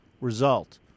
result